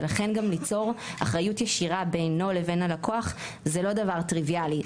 ולכן גם ליצור אחריות ישירה בינו לבין הלקוח זה לא דבר טריוויאלי,